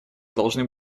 должны